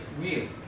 real